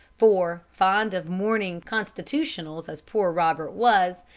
for, fond of morning constitutionals as poor robert was,